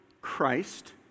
Christ